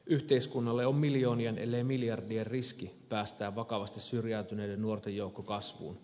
yhteiskunnalle on miljoonien ellei miljardien riski päästää vakavasti syrjäytyneiden nuorten joukko kasvuun